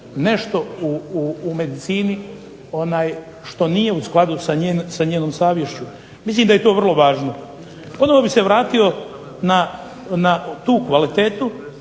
nešto u medicini što nije u skladu sa njenom savješću. Mislim da je to vrlo važno. Ponovo bi se vratio na tu kvalitetu,